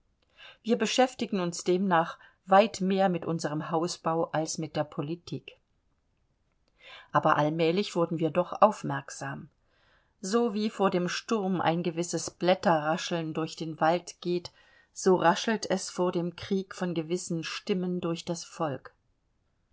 wir beschäftigten uns demnach weit mehr mit unserem hausbau als mit der politik aber allmählich wurden wir doch aufmerksam so wie vor dem sturm ein gewisses blätterrascheln durch den wald geht so raschelt es vor dem krieg von gewissen stimmen durch das volk